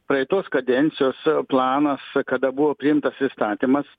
praeitos kadencijos planas kada buvo priimtas įstatymas